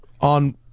on